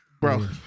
Bro